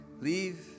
leave